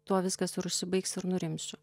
tuo viskas ir užsibaigs ir nurimsiu